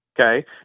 okay